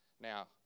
Now